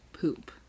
poop